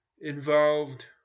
involved